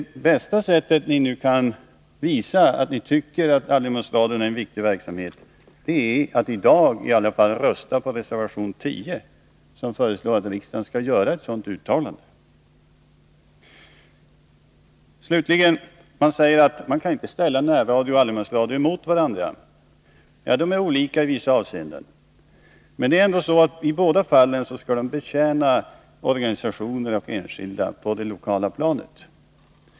Det bästa sättet för er att visa att ni tycker att allemansradion är en viktig verksamhet är att i dag i alla fall rösta på reservation 10, som föreslår att riksdagen skall göra ett sådant uttalande. Man säger nu att närradio och allemansradio inte kan ställas mot varandra. De är olika i vissa avseenden, men i båda fallen skall de dock betjäna organisationer och enskilda på det lokala planet.